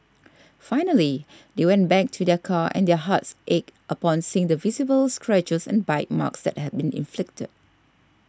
finally they went back to their car and their hearts ached upon seeing the visible scratches and bite marks that had been inflicted